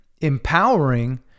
empowering